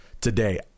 today